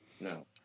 No